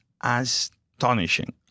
astonishing